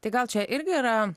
tai gal čia irgi yra